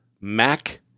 Mac